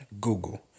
Google